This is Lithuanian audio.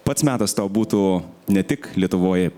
pats metas tau būtų ne tik lietuvoj